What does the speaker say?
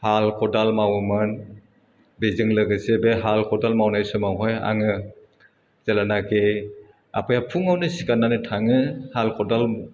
हाल खदाल मावोमोन बेजोंनो लोगोसे बे हाल मावनाय समावहाय आङो जेलानाखि आफाया फुङावनो सिखारनानै थाङो हाल ख'दाल